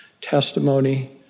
testimony